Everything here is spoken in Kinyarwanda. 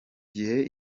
gihe